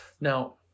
Now